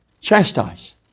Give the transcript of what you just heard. chastise